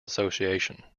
association